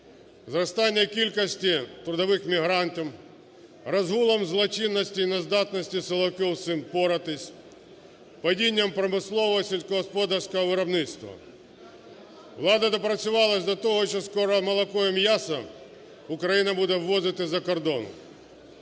зростання кількості трудових мігрантів, розгулу злочинності і нездатності силовиків з цим впоратися, падінням промислового і сільськогосподарського виробництва. Влада допрацювалася до того, що скоро молоко і м'ясо Україна буда ввозити з-за кордону.